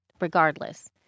regardless